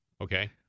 Okay